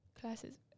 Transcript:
classes